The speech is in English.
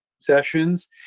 sessions